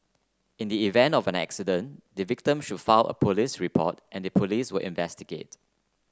in the event of an accident the victim should file a police report and the police will investigate